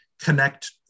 connect